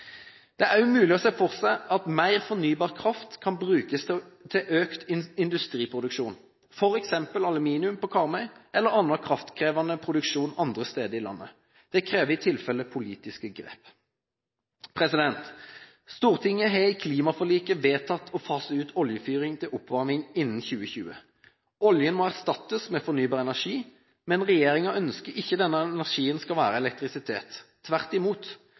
Det er også mulig å se for seg at mer fornybar kraft kan brukes til økt industriproduksjon, f.eks. aluminium på Karmøy eller annen kraftkrevende produksjon andre steder i landet. Det krever i tilfelle politiske grep. Stortinget har i klimaforliket vedtatt å fase ut oljefyring til oppvarming innen 2020. Oljen må erstattes med fornybar energi, men regjeringen ønsker ikke at denne energien skal være elektrisitet – tvert imot.